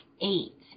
eight